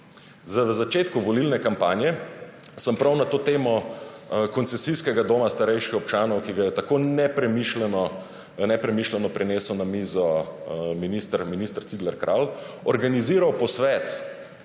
V začetku volilne kampanje sem prav na to temo koncesijskega doma starejših občanov, ki ga je tako nepremišljeno prinesel na mizo minister Cigler Kralj, organiziral posvet